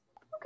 Okay